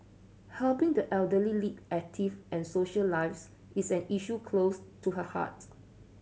helping the elderly lead active and social lives is an issue close to her heart